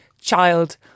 child